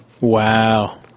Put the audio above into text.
Wow